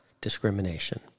discrimination